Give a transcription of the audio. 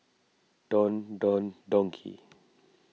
Don Don Donki